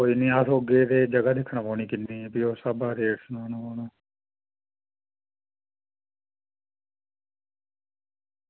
कोई निं अस औगे ते जगह् दिक्खनी पौनी किन्नी ते उस स्हाबै दा रेट सनाना पौना